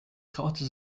traute